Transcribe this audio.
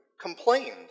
complained